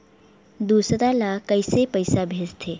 दूसरा ला कइसे पईसा भेजथे?